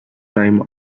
time